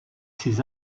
ses